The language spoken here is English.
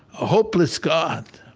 ah hopeless god.